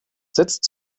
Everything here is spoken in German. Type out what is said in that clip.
setzt